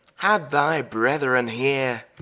had thy brethren here,